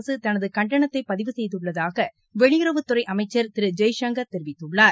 அரசு தனது கண்டனத்தை பதிவு செய்துள்ளதாக வெளியுறவுத்துறை அமைச்சர் திரு ஜெய்சங்கர் தெரிவித்துள்ளார்